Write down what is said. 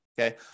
Okay